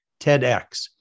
TEDx